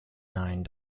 nine